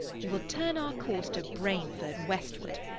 we will turn our course to brainford, westward,